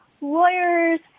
lawyers